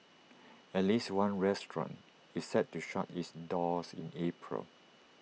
at least one restaurant is set to shut its doors in April